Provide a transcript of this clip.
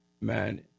man